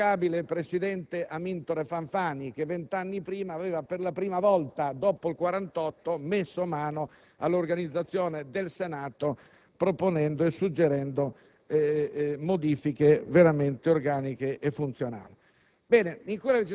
l'indimenticabile presidente Amintore Fanfani, che venti anni prima, per la prima volta dopo il 1948, aveva messo mano all'organizzazione del Senato proponendo e suggerendo modifiche veramente organiche e funzionali.